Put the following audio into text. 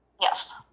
Yes